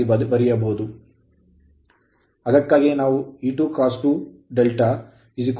ಆದ್ದರಿಂದ ಅದಕ್ಕಾಗಿಯೇ ನಾವು E2 cos ∂ V2 I2 Re2 ಬರೆದಿದ್ದೇವೆ